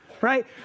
right